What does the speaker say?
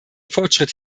fortschritt